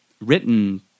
written